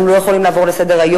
אנחנו לא יכולים לעבור לסדר-היום,